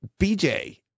BJ